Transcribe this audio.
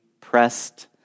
pressed